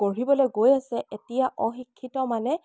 গঢ়িবলৈ গৈ আছে এতিয়া অশিক্ষিত মানে